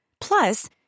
Plus